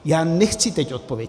Já nechci teď odpověď.